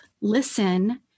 listen